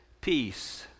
peace